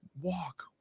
Walk